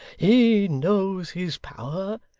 he knows his power.